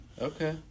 Okay